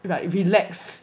like relax